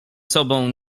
sobą